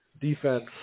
defense